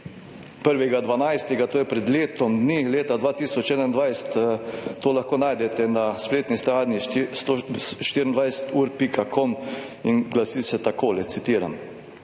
1. 12., to je pred letom dni leta 2021, to lahko najdete na spletni strani 24.ur.com in glasi se takole, citiram: